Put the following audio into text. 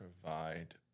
provide